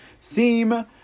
seem